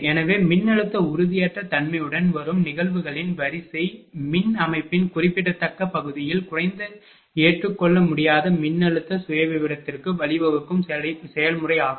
எனவே மின்னழுத்த உறுதியற்ற தன்மையுடன் வரும் நிகழ்வுகளின் வரிசை மின் அமைப்பின் குறிப்பிடத்தக்க பகுதியில் குறைந்த ஏற்றுக்கொள்ள முடியாத மின்னழுத்த சுயவிவரத்திற்கு வழிவகுக்கும் செயல்முறையாகும்